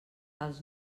els